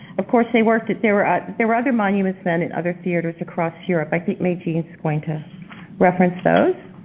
of course, they worked there were um there were other monuments men in other theaters across europe. i think maygene is going to reference those.